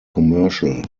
commercial